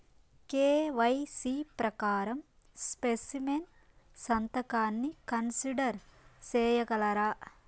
KYC ప్రకారం specimen సంతకాన్ని consider సేయగలరా?